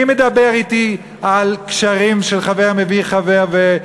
מי מדבר אתי על קשרים של "חבר מביא חבר",